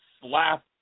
slap